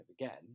again